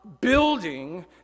building